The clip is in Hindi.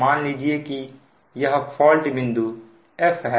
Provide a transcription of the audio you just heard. मान लीजिए यह फॉल्ट बिंदु F है